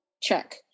check